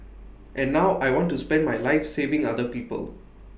and now I want to spend my life saving other people